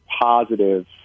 positive